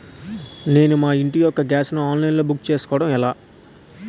నేను మా ఇంటి యెక్క గ్యాస్ ను ఆన్లైన్ లో బుక్ చేసుకోవడం ఎలా?